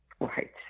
Right